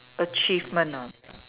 achievement ah